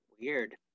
weird